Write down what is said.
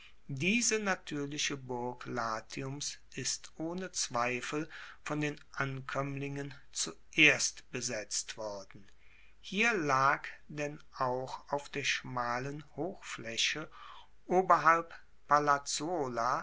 diese natuerliche burg latiums ist ohne zweifel von den ankoemmlingen zuerst besetzt worden hier lag denn auch auf der schmalen hochflaeche oberhalb palazzuola